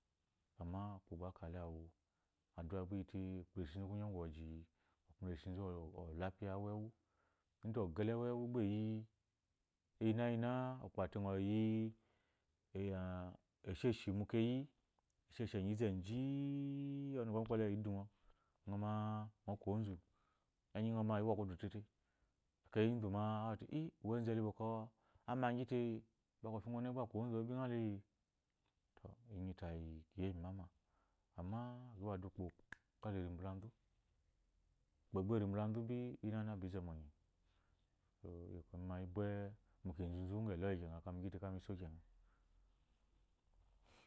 Amma ukpa gba akale awu addua gba lyite ukpo le shinzu kunyɔ ugwu woji ukpo le shinzu olafiya uwu ewu lde ogele uwu ewu gba eyi igi nagina ukpo ate ngɔ yi esheshi mu keyi esheshi enyieze ji ɔnu kwɔnyi kwɔle idungo ngɔ ma kgɔ ku onzu enyi ngɔ ma iwo kudu tete ekeyi enzee ɔte i onzu bɔkɔ omagi te gba kofi ngwu ɔne gba aku. onzu o binghale to enyi tayi keyi mu imama amma kile ukpo kala eyi mbalanzue ukpo gba eri mbalanzu iyina yi na izema onye iyi mi mayi bwe mu kenzu. zu nga eloyi ka nu so kena